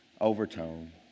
overtone